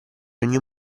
ogni